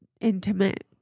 intimate